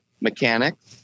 mechanics